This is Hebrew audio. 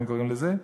הם קוראים לזה,